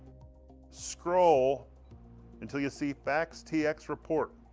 scroll until you see fax tx report